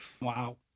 Wow